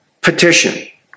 petition